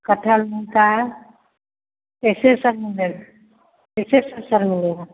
कटहल में का है कैसे सर मिलेगा कैसे सर सर मिलेगा